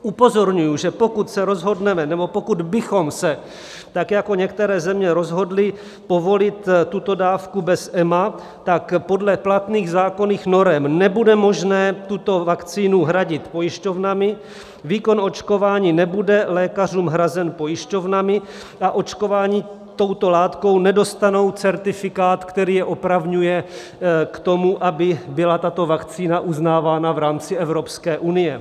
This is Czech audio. Upozorňuji, že pokud se rozhodneme nebo pokud bychom se tak jako některé země rozhodli povolit tuto dávku bez EMA, podle platných zákonných norem nebude možné tuto vakcínu hradit pojišťovnami, výkon očkování nebude lékařům hrazen pojišťovnami a očkovaní touto látkou nedostanou certifikát, který je opravňuje k tomu, aby byla tato vakcína uznávána v rámci Evropské unie.